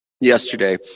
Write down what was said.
yesterday